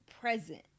present